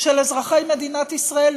של אזרחי מדינת ישראל,